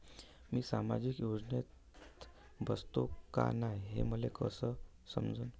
मी सामाजिक योजनेत बसतो का नाय, हे मले कस समजन?